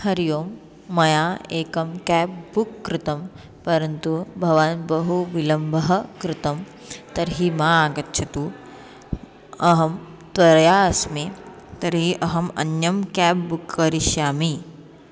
हरिः ओं मया एकं केब् बुक् कृतं परन्तु भवान् बहु विलम्बः कृतं तर्हि मा आगच्छतु अहं त्वरया अस्मि तर्हि अहम् अन्यं केब् बुक् करिष्यामि